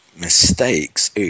mistakes